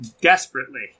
desperately